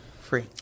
free